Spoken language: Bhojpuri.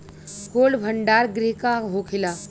कोल्ड भण्डार गृह का होखेला?